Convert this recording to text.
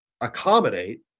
accommodate